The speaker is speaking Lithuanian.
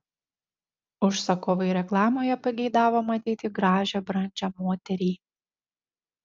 užsakovai reklamoje pageidavo matyti gražią brandžią moterį